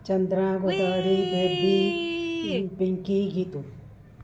Chandra Godavari Baby Pinky Geetu